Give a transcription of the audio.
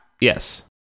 yes